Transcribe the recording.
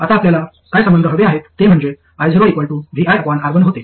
आता आपल्याला काय संबंध हवे आहेत ते म्हणजे ioviR1 होते